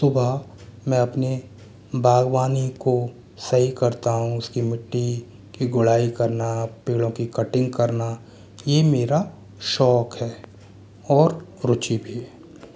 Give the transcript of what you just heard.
सुबह मैं अपने बागवानी को सही करता हूँ उसकी मिट्टी की गुड़ाई करना पेड़ों की कटिंग करना ये मेरा शौक़ है और रुचि भी है